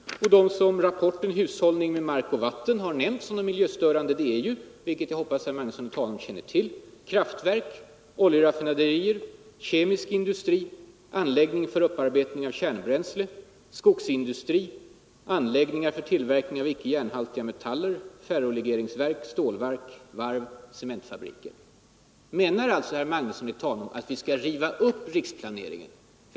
De som rapporten om ”Hushållning med mark och vatten” har nämnt som miljöstörande är ju kraftverk, oljeraffinaderier, kemisk industri, anläggning för upparbetning av kärnbränsle, skogsindustri, anläggningar för tillverkning av icke järnhaltiga metaller, ferrolegeringsverk, stålverk, varv och cementfabriker. Menar herr Magnusson att vi skall riva upp riksplaneringen?